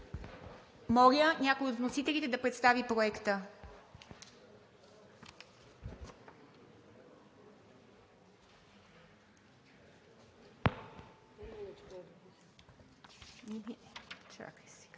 Моля някой от вносителите да представи Проекта.